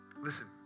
listen